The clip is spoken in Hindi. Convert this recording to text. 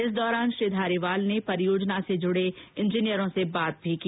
इस दौरान श्री धारीवाल ने परियोजना से जुड़े इंजीनियरों से भी बात की